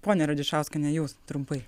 ponia radišauskiene jūs trumpai